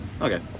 Okay